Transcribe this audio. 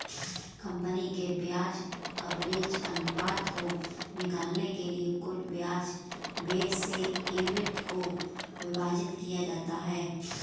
company के ब्याज coverage अनुपात को निकालने के लिए कुल ब्याज व्यय से ईबिट को विभाजित किया जाता है